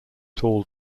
tall